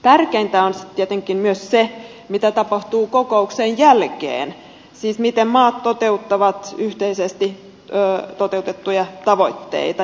tärkeätä on tietenkin myös se mitä tapahtuu kokouksen jälkeen siis miten maat toteuttavat yhteisesti sovittuja tavoitteita